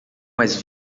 mais